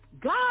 God